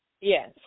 Yes